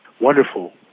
wonderful